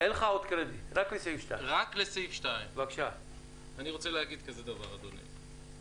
אני רוצה להגיד כזה דבר, אדוני.